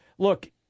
Look